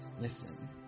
listen